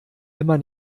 immer